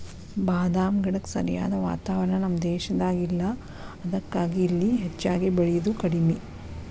ಬಾದಾಮ ಗಿಡಕ್ಕ ಸರಿಯಾದ ವಾತಾವರಣ ನಮ್ಮ ದೇಶದಾಗ ಇಲ್ಲಾ ಅದಕ್ಕಾಗಿ ಇಲ್ಲಿ ಹೆಚ್ಚಾಗಿ ಬೇಳಿದು ಕಡ್ಮಿ